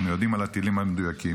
אנחנו יודעים על הטילים המדויקים.